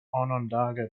onondaga